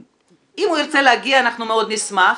אם הוא ירצה להגיע אנחנו מאוד נשמח.